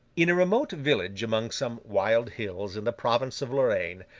in a remote village among some wild hills in the province of lorraine,